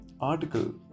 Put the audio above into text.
article